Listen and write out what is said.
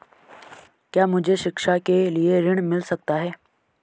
क्या मुझे शिक्षा के लिए ऋण मिल सकता है?